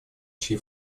чьи